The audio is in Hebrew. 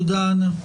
תודה אנה,